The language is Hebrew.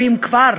ואם כבר,